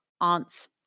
aunt's